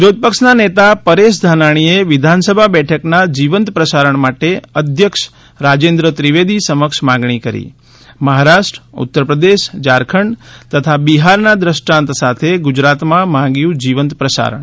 વિરોધપક્ષના નેતા પરેશ ધાનાણીએ વિધાનસભા બેઠકના જીવંત પ્રસારણ માટે અધ્યક્ષ રાજેન્દ્ર ત્રિવેદી સમક્ષ માંગણી કરી મહારાષ્ટ્ર ઉત્તર પ્રદેશ ઝારખંડ તથા બિહારના દ્રષ્ટાંત સાથે ગુજરાતમાં માંગ્યું જીવંત પ્રસારણ